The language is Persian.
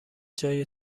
جای